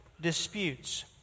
disputes